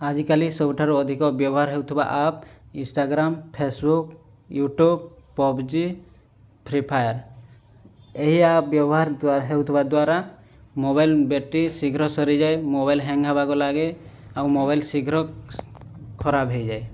ଆଜିକାଲି ସବୁଠାରୁ ଅଧିକ ବ୍ୟବହାର ହେଉଥିବା app Instagram Facebook YouTube PUBG free fire ଏହି ଆପ୍ ବ୍ୟବହାର ହେଉଥିବା ଦ୍ୱାରା ମୋବାଇଲ ବ୍ୟାଟେରୀ ଶୀଘ୍ର ସରିଯାଏ ମୋବାଇଲ ହ୍ୟାଙ୍ଗ୍ ହେବାକୁ ଲାଗେ ଆଉ ମୋବାଇଲ ଶୀଘ୍ର ଖରାପ ହୋଇଯାଏ